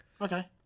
Okay